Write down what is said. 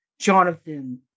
Jonathan